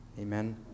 Amen